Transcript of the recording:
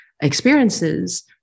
experiences